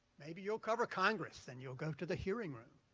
maybe you'll cover congress and you'll go to the hearing room.